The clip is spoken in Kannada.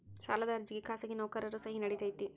ಸಾಲದ ಅರ್ಜಿಗೆ ಖಾಸಗಿ ನೌಕರರ ಸಹಿ ನಡಿತೈತಿ?